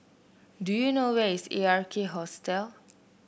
do you know where is Ark Hostel